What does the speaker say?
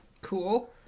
Cool